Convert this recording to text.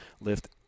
lift